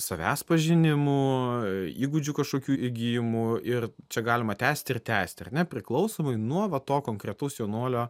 savęs pažinimu įgūdžių kažkokių įgijimu ir čia galima tęsti ir tęsti ar ne priklausomai nuo va to konkretaus jaunuolio